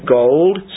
gold